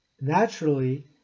naturally